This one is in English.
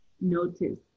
Notice